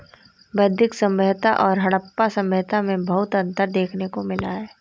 वैदिक सभ्यता और हड़प्पा सभ्यता में बहुत अन्तर देखने को मिला है